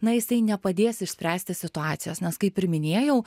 na jisai nepadės išspręsti situacijos nes kaip ir minėjau